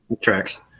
Tracks